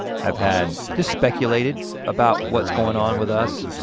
have had just speculated about what's going on with us.